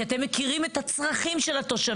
כי אתם מכירים את הצרכים של התושבים,